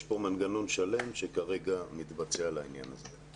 יש כאן מנגנון שלם שכרגע מתבצע לעניין הזה.